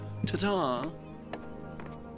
Ta-ta